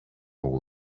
all